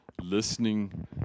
listening